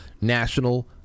national